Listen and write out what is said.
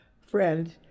friend